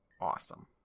Awesome